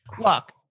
look